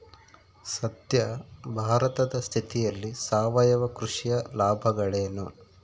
ಸದ್ಯ ಭಾರತದ ಸ್ಥಿತಿಯಲ್ಲಿ ಸಾವಯವ ಕೃಷಿಯ ಲಾಭಗಳೇನು?